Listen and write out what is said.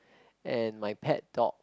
and my pet dog